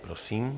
Prosím.